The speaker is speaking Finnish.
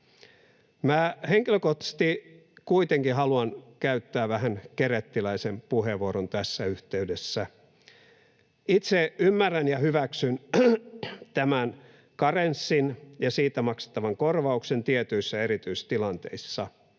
henkilökohtaisesti kuitenkin haluan käyttää vähän kerettiläisen puheenvuoron tässä yhteydessä. Itse ymmärrän ja hyväksyn tämän karenssin ja siitä maksettavan korvauksen tietyissä erityistilanteissa,